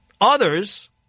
Others